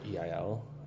EIL